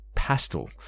pastel